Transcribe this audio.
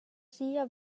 sia